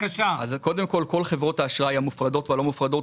כל חברות האשראי המופרדות והלא מופרדות